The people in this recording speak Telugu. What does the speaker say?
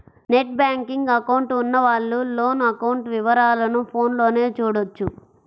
నెట్ బ్యేంకింగ్ అకౌంట్ ఉన్నవాళ్ళు లోను అకౌంట్ వివరాలను ఫోన్లోనే చూడొచ్చు